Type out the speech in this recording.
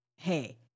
hey